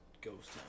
ghost